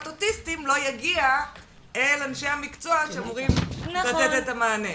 אוטיסטים לא יגיעו אל אנשי המקצוע שאמורים לתת את המענה.